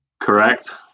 Correct